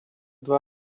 два